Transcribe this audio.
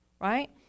Right